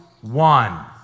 one